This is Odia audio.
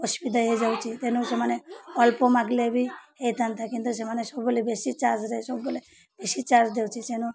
ଅସୁବିଧା ହେଇଯାଉଛି ତେଣୁ ସେମାନେ ଅଳ୍ପ ମାଗିଲେ ବି ହେଇଥାନ୍ତା କିନ୍ତୁ ସେମାନେ ସବୁବେଳେ ବେଶୀ ଚାର୍ଜରେ ସବୁବେଳେ ବେଶୀ ଚାର୍ଜ ଦଉଛି ସେନୁ